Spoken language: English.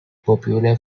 popular